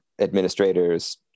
administrators